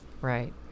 Right